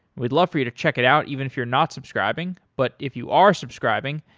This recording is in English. we'd love for you to check it out even if you're not subscribing, but if you are subscribing,